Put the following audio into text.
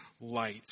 light